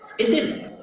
it didn't,